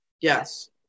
Yes